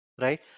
right